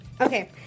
Okay